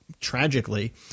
tragically